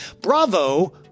Bravo